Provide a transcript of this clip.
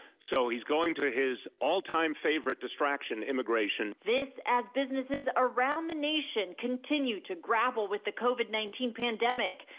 so he's going to his all time favorite distraction immigration this as businesses around the nation continue to grapple with the covid nineteen pandemic.